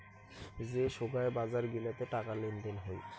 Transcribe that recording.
যে সোগায় বাজার গিলাতে টাকা লেনদেন হই